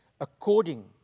according